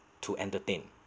to entertain